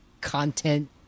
content